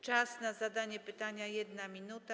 Czas na zadanie pytania - 1 minuta.